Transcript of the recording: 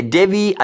devi